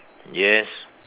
yes